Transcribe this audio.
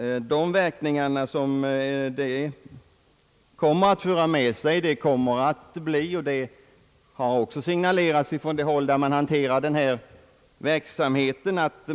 Konsekvensen måste bli att verksamheten läggs om, något som också har signalerats av dem som står för denna verksamhet.